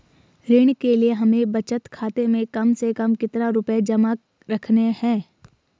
ऋण के लिए हमें बचत खाते में कम से कम कितना रुपये जमा रखने हैं?